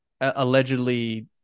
allegedly